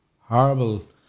Horrible